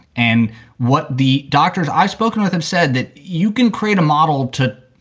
and what the doctors i've spoken with have said that you can create a model to